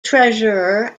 treasurer